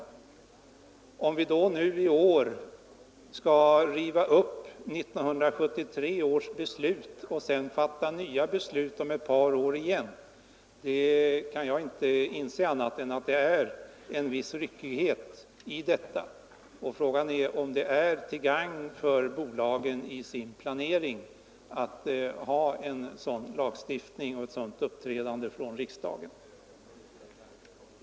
Att vi nu i år skulle riva upp 1973 års beslut och sedan fatta nya beslut om ytterligare ett par år innebär — inte annat än jag kan förstå — en viss ryckighet. Frågan är om det är till gagn för bolagen i deras planering att ha en sådan lagstiftning och ett sådant uppträdande från riksdagen.